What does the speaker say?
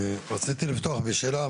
רציתי לפתוח בשאלה,